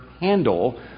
handle